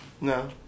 No